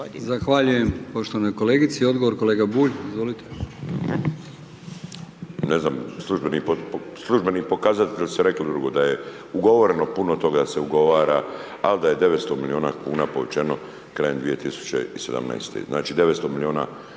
Zahvaljujem poštovanoj kolegici. Odgovor kolega Bulj, izvolite.